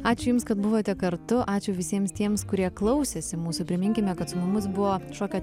ačiū jums kad buvote kartu ačiū visiems tiems kurie klausėsi mūsų priminkime kad su mumis buvo šokio